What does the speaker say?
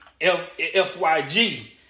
FYG